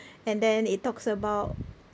and then it talks about